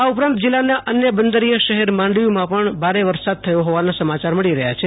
આ ઉપરાંત જીલ્લાના અન્ય બંદરીય શહેર માંડવીમાં પણ સારો વરસાદ થયો હોવાના સમાચાર મળી રહ્યા છે